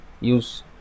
use